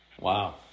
Wow